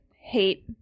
hate